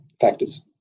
factors